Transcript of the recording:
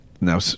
Now